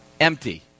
empty